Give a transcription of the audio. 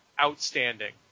outstanding